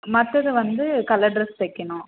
மற்றது வந்து colour dress தைக்கணும்